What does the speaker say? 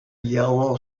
yellow